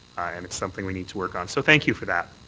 and it's something we need to work on, so thank you for that.